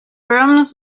rooms